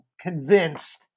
convinced